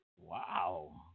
Wow